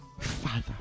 Father